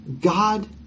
God